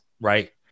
right